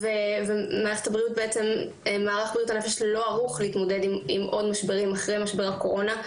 ומערך בריאות הנפש לא ערוך להתמודד עם עוד משברים אחרי משבר הקורונה.